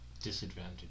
Disadvantage